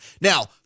Now